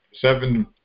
seven